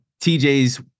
TJ's